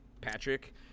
Patrick